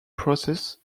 process